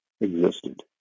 existed